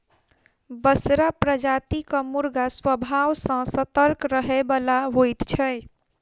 बसरा प्रजातिक मुर्गा स्वभाव सॅ सतर्क रहयबला होइत छै